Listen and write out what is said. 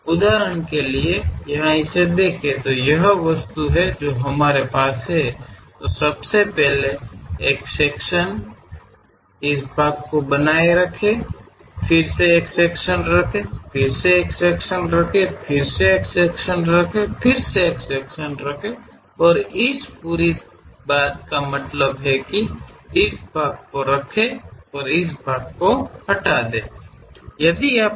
ಉದಾಹರಣೆಗೆ ಇಲ್ಲಿ ಅದನ್ನು ನೋಡಿ ಇದು ನಮ್ಮಲ್ಲಿರುವ ವಸ್ತು ಮೊದಲನೆಯದಾಗಿ ಒಂದು ವಿಭಾಗವನ್ನು ಹೊಂದಿರಿ ಈ ಭಾಗವನ್ನು ಉಳಿಸಿಕೊಳ್ಳಿ ಮತ್ತೆ ಒಂದು ವಿಭಾಗವನ್ನು ಹೊಂದಿರಿ ಮತ್ತೆ ಒಂದು ವಿಭಾಗವನ್ನು ಹೊಂದಿರಿ ಮತ್ತು ಈ ಭಾಗವನ್ನು ಇರಿಸಿ ಅಂದರೆ ಈ ಸಂಪೂರ್ಣ ವಿಷಯವನ್ನು ಇಟ್ಟುಕೊಂಡು ಈ ಭಾಗವನ್ನು ತೆಗೆದುಹಾಕಿ